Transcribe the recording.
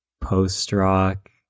post-rock